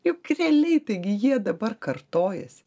juk realiai taigi jie dabar kartojasi